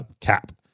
cap